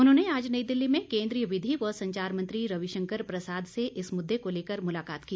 उन्होंने आज नई दिल्ली में केन्द्रीय विधि व संचार मंत्री रवि शंकर प्रसाद से इस मुददे को लेकर मुलाकात की